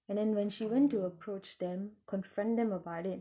and then when she went to approach them confront them about it